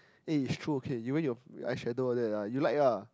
eh it's true okay you wear all your eye shadow all that ah you like ah